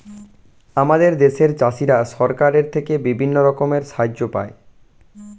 আমাদের দেশের চাষিরা সরকারের থেকে বিভিন্ন রকমের সাহায্য পায়